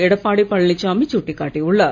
எடப்பாடி பழனிசாமி சுட்டிக் காட்டியுள்ளார்